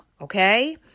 okay